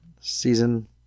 season